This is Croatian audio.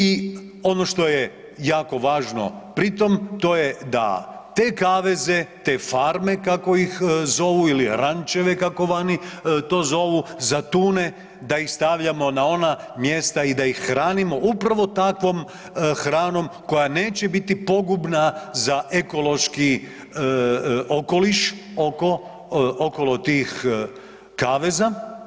I ono što je jako važno pri tom to je da te kaveze, te farme kako iz zovu ili rančeve kako vani to zovu za tune, da ih stavljamo na ona mjesta i da ih hranimo upravo takvom hranom koja neće biti pogubna za ekološki okoliš okolo tih kaveza.